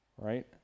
Right